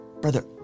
brother